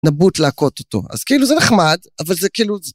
נבוט להכות איתו. אז כאילו זה נחד, אבל זה כאילו...